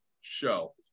show